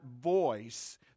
voice